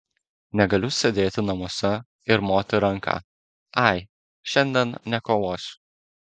negaliu sėdėti namuose ir moti ranka ai šiandien nekovosiu